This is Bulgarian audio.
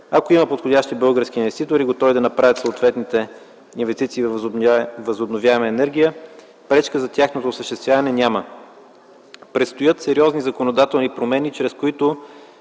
Ако има подходящи български инвеститори, готови да направят съответните инвестиции във възобновяема енергия, пречка за тяхното осъществяване няма. Предстоят законодателни промени, чрез които